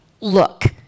look